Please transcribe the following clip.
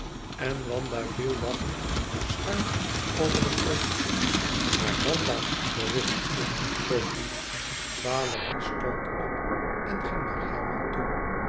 en wanda viel lachend schuin over den grond maar wanda berispte sofie valérie stond op en ging naar herman toe